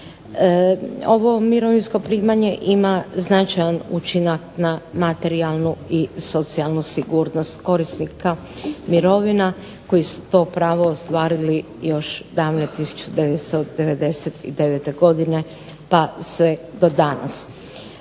Ovo mirovinsko primanje ima značajan učinak na materijalnu i socijalnu sigurnost korisnika mirovina koji su to pravo ostvarili još davne 1999. godine pa sve do danas.